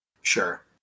Sure